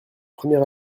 premier